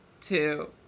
two